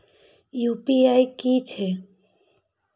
UPI की हेछे?